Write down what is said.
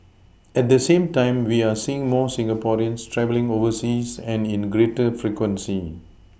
at the same time we are seeing more Singaporeans travelling overseas and in greater frequency